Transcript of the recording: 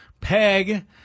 peg